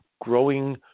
growing